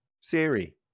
siri